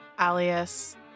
Alias